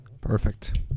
Perfect